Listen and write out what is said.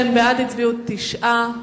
בעבודה, שימוש בחדר שירותים), התש"ע 2009,